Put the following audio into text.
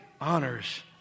honors